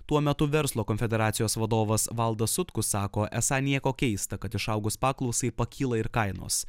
tuo metu verslo konfederacijos vadovas valdas sutkus sako esą nieko keista kad išaugus paklausai pakyla ir kainos